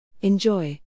Enjoy